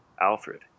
Alfred